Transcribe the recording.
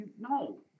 no